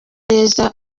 neza